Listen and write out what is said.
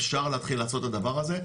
אפשר להתחיל לעשות את הדבר הזה,